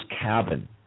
Cabin